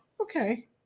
Okay